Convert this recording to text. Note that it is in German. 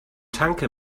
tanke